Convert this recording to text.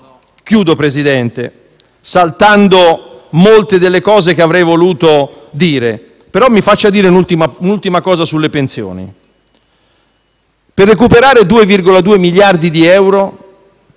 Signor Presidente, concludo, saltando molte delle cose che avrei voluto dire. Mi faccia dire un'ultima cosa sulle pensioni. Per recuperare 2,2 miliardi di euro